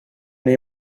they